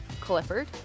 Clifford